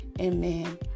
Amen